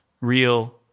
real